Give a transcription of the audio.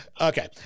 Okay